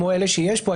כמו אלה שיש פה,